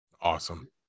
awesome